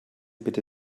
bitte